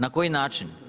Na koji način?